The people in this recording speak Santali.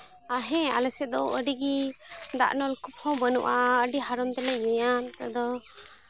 ᱟᱨ ᱦᱮᱸ ᱟᱞᱮ ᱥᱮᱫ ᱫᱚ ᱟᱹᱰᱤᱜᱮ ᱫᱟᱜ ᱱᱚᱞᱠᱩᱯ ᱦᱚᱸ ᱵᱟᱹᱱᱩᱜᱼᱟ ᱟᱹᱰᱤ ᱦᱟᱨᱚᱱ ᱛᱮᱞᱮ ᱧᱩᱭᱟ ᱟᱫᱚ